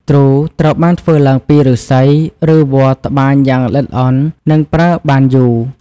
ទ្រូ ត្រូវបានធ្វើឡើងពីឫស្សី ឬវល្លិ៍ត្បាញយ៉ាងល្អិតល្អន់ និងប្រើបានយូរ។